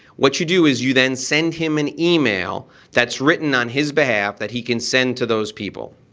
what you do is you then send him an email that's written on his behalf that he can send to those people.